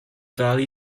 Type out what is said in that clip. valley